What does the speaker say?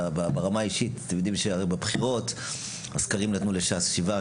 אתם יודעים שהרי בבחירות הסקרים נתנו לש"ס שבעה,